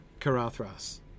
Karathras